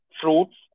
fruits